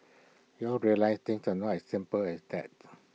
we all realised things are not as simple as that